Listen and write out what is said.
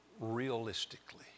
realistically